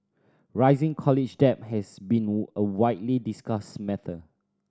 rising college debt has been a widely discussed matter